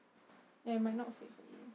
ya it might not fit for you